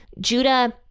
Judah